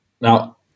Now